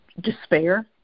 despair